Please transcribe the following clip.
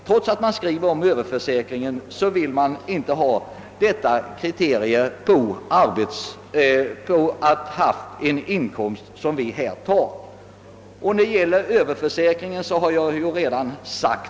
Trots att det skrivs om överförsäkringen vill man inte ha detta kriterium på att vederbörande haft en inkomst. Om överförsäkringen har jag redan talat.